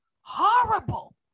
horrible